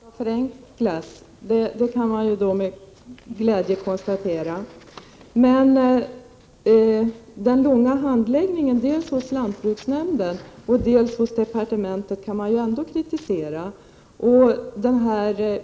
Herr talman! Att lagen är snårig och att den nu skall förenklas, det kan man med glädje konstatera. Den långa handläggningstiden dels hos lantbruksnämnden, dels hos departementet kan man ändå kritisera.